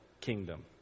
kingdom